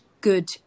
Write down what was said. good